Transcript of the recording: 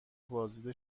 بازدید